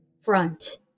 front